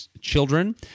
children